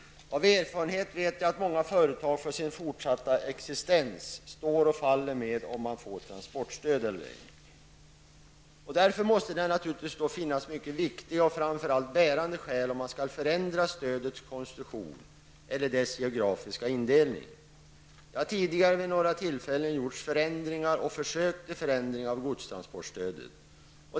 Av egen erfarenhet vet jag att många företags fortsatta existens står och faller med om man får transportstöd eller inte. Därför måste det finnas mycket bärande skäl för att man skall förändra stödets konstruktion eller dess geografiska indelning. Det har tidigare vid några tillfällen gjorts förändringar eller försök till förändringar av godstransportstödet.